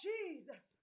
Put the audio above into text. Jesus